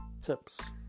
tips